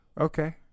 Okay